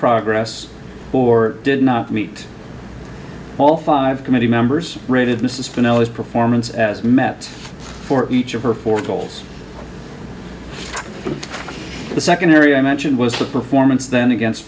progress or did not meet all five committee members rated mrs finale's performance as met for each of her four tolls the second area i mentioned was the performance then against